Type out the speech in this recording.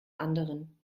anderen